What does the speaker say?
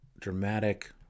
dramatic